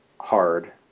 hard